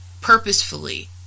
purposefully